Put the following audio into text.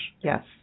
Yes